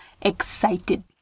Excited